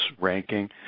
ranking